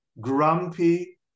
grumpy